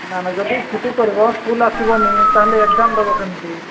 ନା ନା ଯଦି ଛୁଟି କରିବ ସ୍କୁଲ୍ ଆସିବନି ତା'ହେଲେ ଏକଜାମ୍ ଦେବ କେମିତି